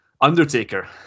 Undertaker